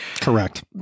Correct